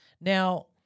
Now